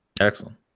Excellent